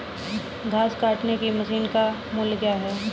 घास काटने की मशीन का मूल्य क्या है?